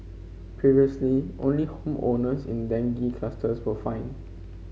previously only home owners in dengue clusters were fined